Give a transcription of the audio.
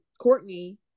courtney